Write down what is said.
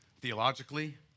theologically